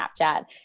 Snapchat